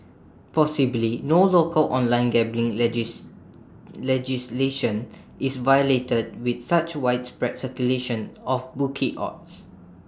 possibly no local online gambling legislation is violated with such widespread circulation of bookie odds